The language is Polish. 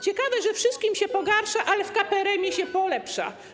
Ciekawe, że wszystkim się pogarsza, ale w KPRM-ie się polepsza.